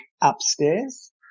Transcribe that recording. upstairs